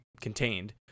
contained